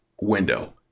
window